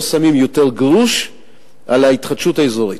לא שמים יותר גרוש על ההתחדשות האזורית.